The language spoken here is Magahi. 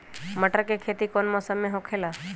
मटर के खेती कौन मौसम में होखेला?